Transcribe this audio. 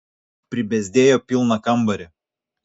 pribezdėjo pilną kambarį